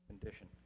condition